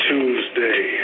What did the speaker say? Tuesday